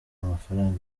amafaranga